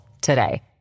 today